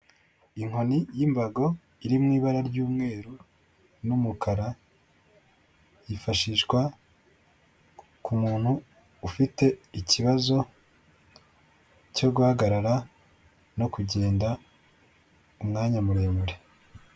Inkoni y'imbago iri mu ibara ry'umweru n'umukara, yifashishwa ku muntu ufite ikibazo cyo guhagarara no kugenda umwanya muremure.